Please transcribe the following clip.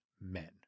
men